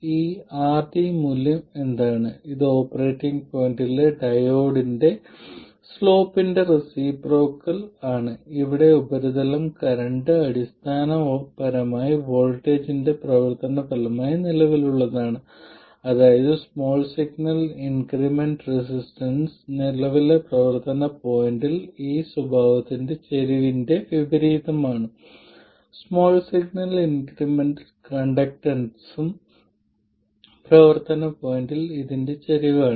ഈ rd മൂല്യം എന്താണ് ഇത് ഓപ്പറേറ്റിംഗ് പോയിന്റിലെ ഡയോഡിന്റെ സ്ലോപ്പിന്റെ റെസിപ്രോക്കൽ ആണ് ഇവിടെ ഉപരിതലം കറന്റ് അടിസ്ഥാനപരമായി വോൾട്ടേജിന്റെ പ്രവർത്തന ഫലമായി നിലവിലുള്ളതാണ് അതായത് സ്മാൾ സിഗ്നൽ ഇൻക്രിമെന്റൽ റെസിസ്റ്റൻസ് പ്രവർത്തന പോയിന്റിലെ ഈ സ്വഭാവത്തിന്റെ ചരിവിന്റെ വിപരീതമാണ് സ്മാൾ സിഗ്നൽ ഇൻക്രിമെന്റൽ കണ്ടക്ടൻസും പ്രവർത്തന പോയിന്റിൽ ഇതിന്റെ ചരിവാണ്